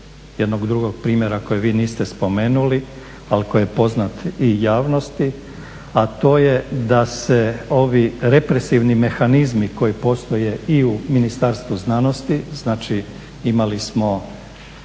jednog drugog primjera koji vi niste spomenuli ali koji je poznat javnosti, a to je da se ovi represivni mehanizmi koji postoje i u Ministarstvu znanosti ili u